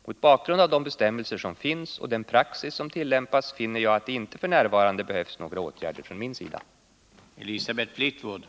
Mot bakgrund av de bestämmelser som finns och den praxis som tillämpas finner jag att det inte f. n. behövs några åtgärder från min sida.